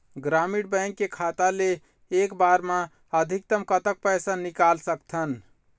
ग्रामीण बैंक के खाता ले एक बार मा अधिकतम कतक पैसा निकाल सकथन?